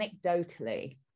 anecdotally